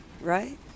Right